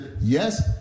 yes